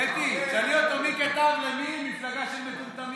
קטי, תשאלי אותו מי כתב למי "מפלגה של מטומטמים".